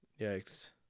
Yikes